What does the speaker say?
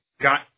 got